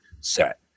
set